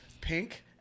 pink